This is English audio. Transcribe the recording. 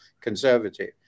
conservative